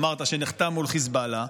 אמרת שנחתם מול חיזבאללה.